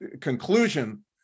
conclusion